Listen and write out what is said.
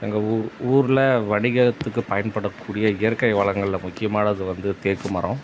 எங்கள் ஊ ஊரில் வணிகத்துக்கு பயன்படக்கூடிய இயற்கை வளங்களில் முக்கியமானது வந்து தேக்கு மரம்